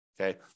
Okay